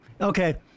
Okay